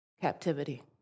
captivity